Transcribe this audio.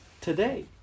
today